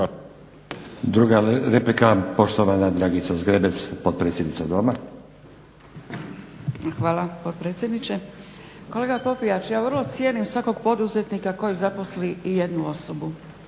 Druga replika, poštovana Dragica Zgrebec, potpredsjednica Doma. **Zgrebec, Dragica (SDP)** Hvala potpredsjedniče Kolega Popijač, ja vrlo cijenim svakog poduzetnika koji zaposli i jednu osobu,